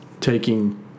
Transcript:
taking